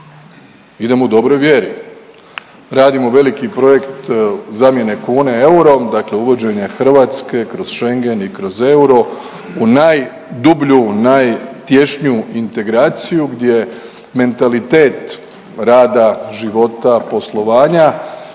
Idemo u dobroj vjeri, radimo veliki projekt zamjene kune eurom, dakle uvođenje Hrvatske kroz Schengen i kroz euro u najdublju i najtješnju integraciju gdje mentalitet rada, života, poslovanja